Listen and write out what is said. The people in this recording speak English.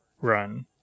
run